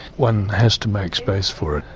one has to make space for it.